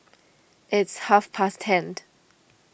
it's half past ten